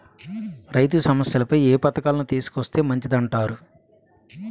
రైతు సమస్యలపై ఏ పథకాలను తీసుకొస్తే మంచిదంటారు?